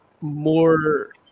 more